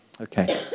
Okay